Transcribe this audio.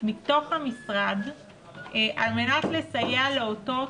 מתוך המשרד על מנת לסייע לאותות